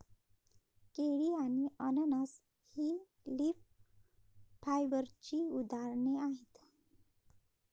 केळी आणि अननस ही लीफ फायबरची उदाहरणे आहेत